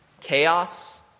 Chaos